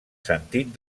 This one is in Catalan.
sentit